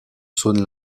sonne